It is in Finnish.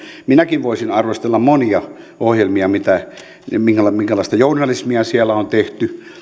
minäkin voisin arvostella monia ohjelmia minkälaista journalismia siellä on tehty